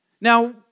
Now